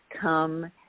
come